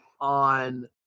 on